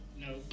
No